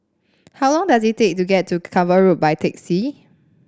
how long does it take to get to Cavan Road by taxi